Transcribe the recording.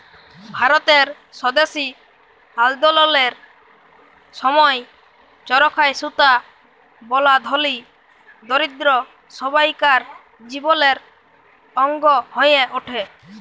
ভারতের স্বদেশী আল্দললের সময় চরখায় সুতা বলা ধলি, দরিদ্দ সব্বাইকার জীবলের অংগ হঁয়ে উঠে